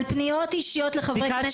על פניות אישיות לחברי כנסת.